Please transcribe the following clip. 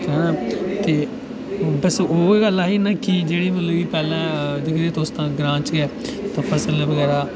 ते ओह् दस्सो उ'ऐ गल्ल आई ना कि जेह्ड़ी तुस पैह्लें दिक्खो तुस तां ग्रांऽ च गै तां फसल बगैरा